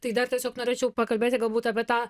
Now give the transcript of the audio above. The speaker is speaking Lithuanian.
tai dar tiesiog norėčiau pakalbėti galbūt apie tą